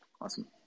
Awesome